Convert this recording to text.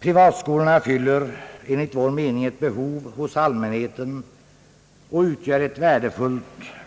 Privatskolorna fyller enligt vår mening ett behov hos allmänheten och utgör ett värdefullt